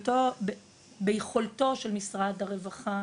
ביכולתו של משרד הרווחה